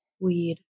weed